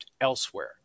elsewhere